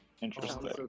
Interesting